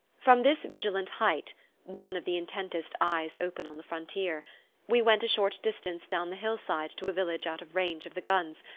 from this vigilant height one of the intentest eyes open on the frontier we went a short distance down the hillside to a village out of range of the guns,